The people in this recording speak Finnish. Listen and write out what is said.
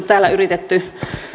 täällä yritetty